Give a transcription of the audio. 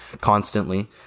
constantly